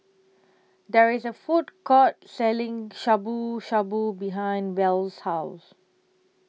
There IS A Food Court Selling Shabu Shabu behind Wells' House